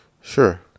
Sure